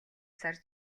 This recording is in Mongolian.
сар